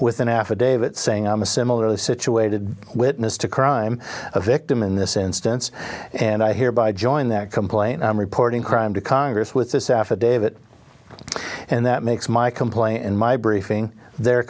with an affidavit saying i'm a similarly situated witness to crime a victim in this instance and i hereby join that complaint i am reporting crime to congress with this affidavit and that makes my complaint in my briefing the